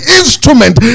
instrument